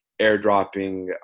airdropping